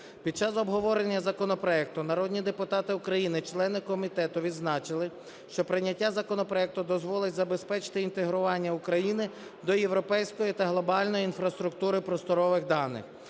Під час обговорення законопроекту народні депутати України - члени комітету відзначили, що прийняття законопроекту дозволить забезпечити інтегрування України до європейської та глобальної інфраструктури просторових даних.